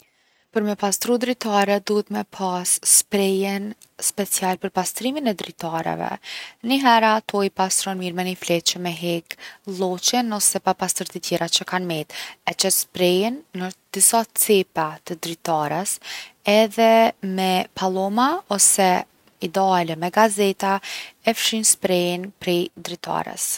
Për me pastru dritare duhet me pas sprejin special për pastrimin e dritareve. Nihere ato i pastron mirë me ni fletë që me hek lloqin ose papastërtitë tjera që kan met. E qet sprejin në disa cepa të dritares, edhe me palloma ose ideale me gazeta e fshin sprejin prej dritares.